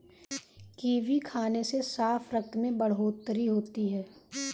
kiwi खाने से साफ रक्त में बढ़ोतरी होती है